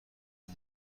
مهم